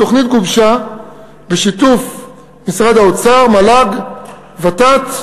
התוכנית גובשה בשיתוף משרד האוצר, מל"ג וות"ת,